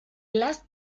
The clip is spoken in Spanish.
last